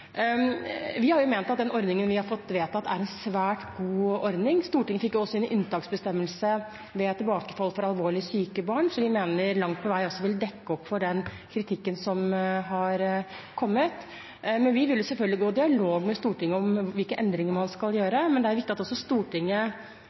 Vi har ment at den ordningen vi har fått vedtatt, er en svært god ordning. Stortinget fikk også inn en unntaksbestemmelse ved tilbakefall for alvorlig syke barn, som vi mener langt på vei vil dekke opp for den kritikken som har kommet. Men vi vil selvfølgelig gå i dialog med Stortinget om hvilke endringer man skal